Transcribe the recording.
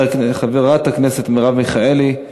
חברת הכנסת מרב מיכאלי,